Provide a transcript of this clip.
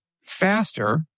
faster